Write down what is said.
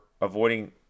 avoiding